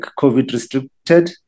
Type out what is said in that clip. COVID-restricted